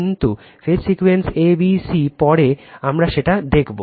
কিন্তু phase sequence a b c পরে আমরা সেটা দেখব